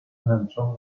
همچون